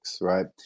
right